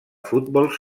futbol